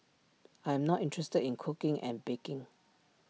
I am not interested in cooking and baking